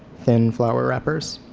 thin flour wrappers.